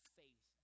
faith